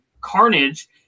Carnage